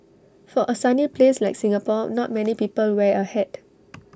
for A sunny place like Singapore not many people wear A hat